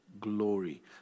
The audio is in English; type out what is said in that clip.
glory